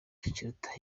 kiruta